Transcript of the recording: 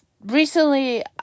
recently